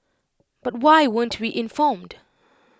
but why weren't we informed